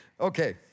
Okay